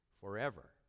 forever